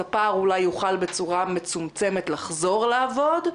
הספר אולי יוכל בצורה מצומצמת לחזור לעבוד,